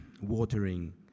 watering